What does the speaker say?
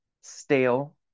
stale